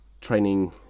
training